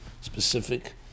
specific